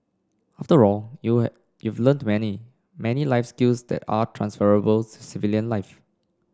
after all you you've learnt many many life skills that are transferable to civilian life